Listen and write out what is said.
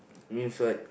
inside